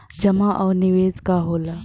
जमा और निवेश का होला?